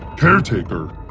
caretaker,